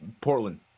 Portland